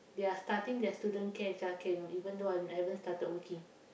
they are starting their student care childcare you know even though I I haven't started working